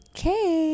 Okay